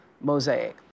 Mosaic